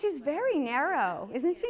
she's very narrow isn't s